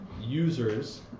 users